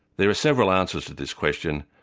there are several answers to this question,